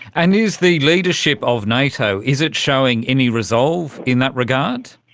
and is the leadership of nato, is it showing any resolve in that regard?